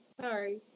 Sorry